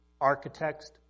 architects